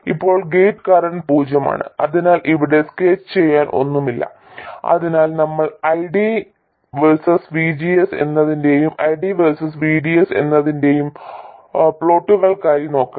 ഇപ്പോൾ gate current പൂജ്യമാണ് അതിനാൽ അവിടെ സ്കെച്ച് ചെയ്യാൻ ഒന്നുമില്ല അതിനാൽ നമ്മൾ ID വേഴ്സസ് VGS എന്നതിന്റെയും ID വേഴ്സസ് VDS എന്നതിന്റെയും പ്ലോട്ടുകൾക്കായി നോക്കണം